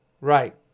Right